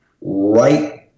right